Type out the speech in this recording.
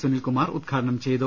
സുനിൽകുമാർ ഉദ്ഘാടനം ചെയ്തു